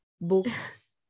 books